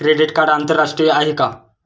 Credit card आंतरराष्ट्रीय आहे का?